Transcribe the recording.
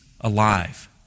alive